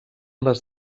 les